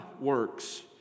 works